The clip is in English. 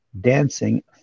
dancing